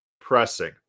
pressing